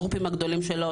הגרופים הגדולים שלו,